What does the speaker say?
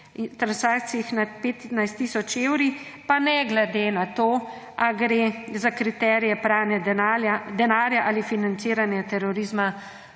transakcijah nad 15 tisoč evri, pa ne glede na to, ali gre za kriterije pranja denarja ali financiranje terorizma